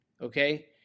okay